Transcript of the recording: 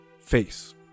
face